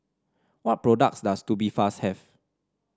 what products does Tubifast have